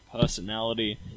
personality